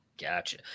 Gotcha